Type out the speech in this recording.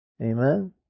Amen